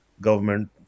government